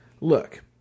Look